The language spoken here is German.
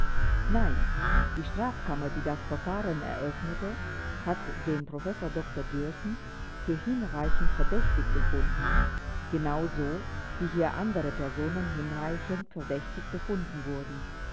nein die strafkammer die das verfahren eröffnete hat den prof dr dührßen für hinreichend verdächtig befunden genau so wie hier andere personen hinreichend verdächtig befunden wurden